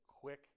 Quick